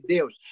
Deus